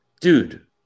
dude